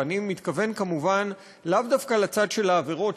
ואני מתכוון כמובן לאו דווקא לצד של העבירות,